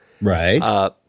Right